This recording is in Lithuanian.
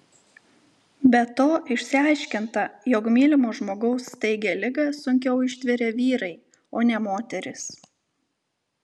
be to išsiaiškinta jog mylimo žmogaus staigią ligą sunkiau ištveria vyrai o ne moterys